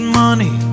money